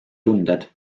tunded